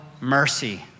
mercy